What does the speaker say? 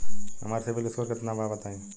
हमार सीबील स्कोर केतना बा बताईं?